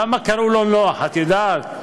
למה קראו לו נח, את יודעת?